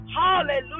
hallelujah